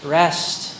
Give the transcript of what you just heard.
rest